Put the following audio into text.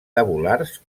tabulars